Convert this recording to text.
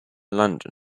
london